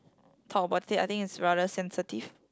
talk about it I think it's rather sensitive